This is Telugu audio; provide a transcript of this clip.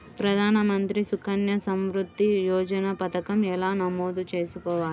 ప్రధాన మంత్రి సుకన్య సంవృద్ధి యోజన పథకం ఎలా నమోదు చేసుకోవాలీ?